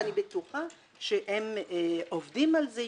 אני בטוחה שהם עובדים על זה,